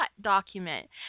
document